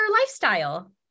lifestyle